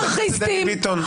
מה זה "אנרכיסטית"?